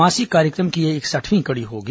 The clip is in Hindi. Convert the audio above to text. मासिक कार्यक्रम की यह इकसठवीं कड़ी होगी